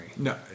No